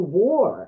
war